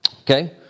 Okay